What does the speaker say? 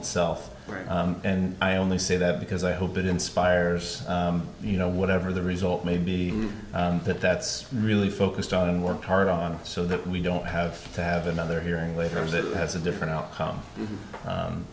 itself and i only say that because i hope it inspires you know whatever the result may be that that's really focused on and work hard on so that we don't have to have another hearing later that has a different outcome